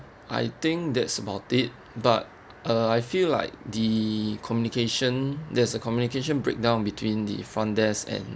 I think that's about it but uh I feel like the communication there is a communication breakdown between the front desk and